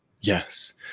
Yes